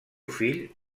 fill